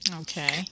Okay